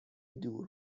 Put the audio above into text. دور